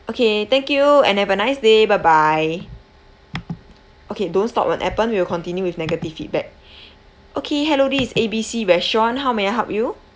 okay thank you and have a nice day bye bye okay don't stop on appen we will continue with negative feedback okay hello this is A B C restaurant how may I help you